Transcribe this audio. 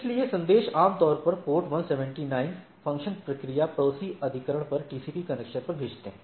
इसलिए संदेश आमतौर पर पोर्ट 179 फ़ंक्शन प्रक्रिया पड़ोसी अधिग्रहण पर टीसीपी कनेक्शन पर भेजते हैं